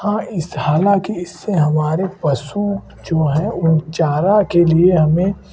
हाँ इस हालाँकि इससे हमारे पशु जो हैं उन चारा के लिए हमें